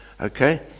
Okay